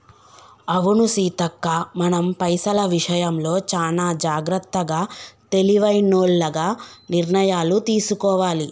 అవును సీతక్క మనం పైసల విషయంలో చానా జాగ్రత్తగా తెలివైనోల్లగ నిర్ణయాలు తీసుకోవాలి